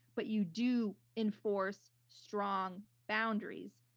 but you do enforce strong boundaries.